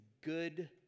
good